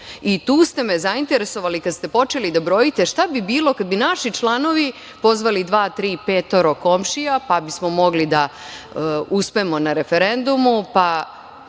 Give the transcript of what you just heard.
i tu ste me zainteresovali kada ste počeli da brojite šta bi bilo kad bi naši članovi pozvali dva, tri, petoro komšija, pa bismo mogli da uspemo na referendumu,